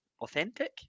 authentic